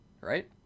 right